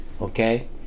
Okay